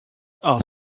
are